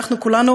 אנחנו כולנו,